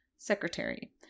secretary